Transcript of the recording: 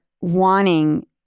wanting